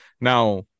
Now